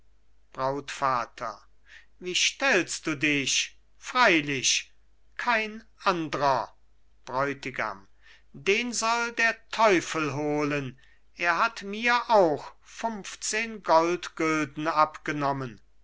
brautvater wie stellst du dich freilich kein andrer bräutigam den soll der teufel holen er hat mir auch funfzehn goldgülden abgenommen